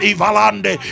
Ivalande